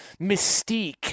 mystique